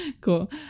Cool